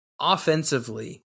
Offensively